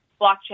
blockchain